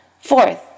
Fourth